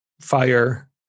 fire